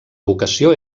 vocació